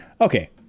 okay